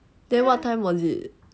then what time was it